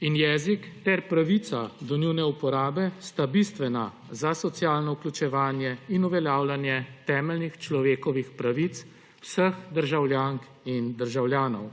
in jezik ter pravica do njune uporabe so bistveni za socialno vključevanje in uveljavljanje temeljnih človekovih pravic vseh državljank in državljanov.